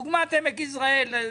כדוגמת עמק יזרעאל.